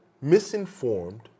misinformed